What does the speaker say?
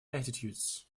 attitudes